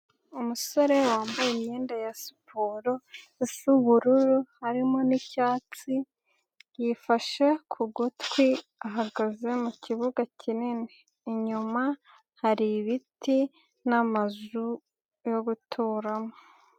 Umusore wambaye imyenda ya siporo isa ubururu harimo n'icyatsi, yifashe ku gutwi ahagaze mu kibuga kinini. Inyuma hari ibiti n'amazu, yo guturamo.